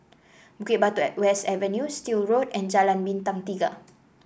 Bukit Batok West Avenue Still Road and Jalan Bintang Tiga